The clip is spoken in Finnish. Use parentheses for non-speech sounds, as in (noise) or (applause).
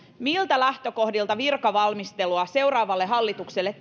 mistä lähtökohdista virkavalmistelua tehdään seuraavalle hallitukselle (unintelligible)